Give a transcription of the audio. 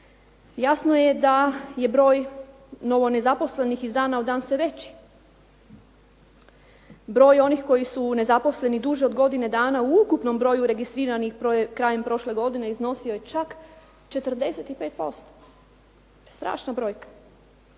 Jasno je da je broj novo nezaposlenih iz dana u dan sve veći. Broj onih koji su nezaposleni duže od godine dana u ukupnom broju registriranih krajem prošle godine iznosio je čak 45%. Strašna brojka.